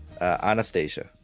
Anastasia